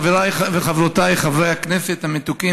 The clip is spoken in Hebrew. חבריי וחברותיי חברי הכנסת המתוקים